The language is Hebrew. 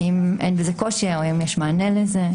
האם אין בזה קושי או האם יש מענה לזה?